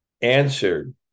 answered